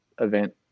event